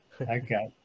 Okay